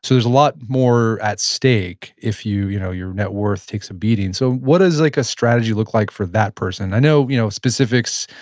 there's a lot more at stake if you know your net worth takes a beating. so, what does like a strategy look like for that person? i know you know specifics,